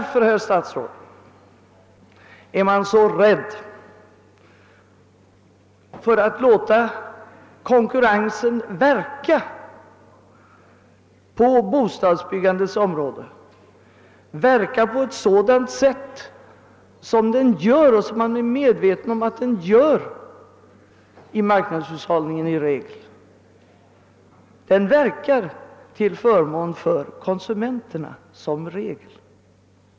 Varför, herr statsråd, är man på bostadsbyggandets område så rädd för att låta konkur rensen verka på ett sådant sätt som man är medveten om att den i regel gör i marknadshushållningen: den verkar som regel till förmån för konsumenterna.